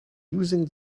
using